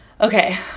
okay